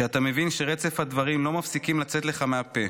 כשאתה מבין, רצף הדברים לא מפסיקים לצאת לך מהפה,